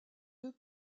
deux